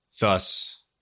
thus